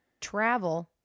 travel